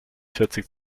vierzig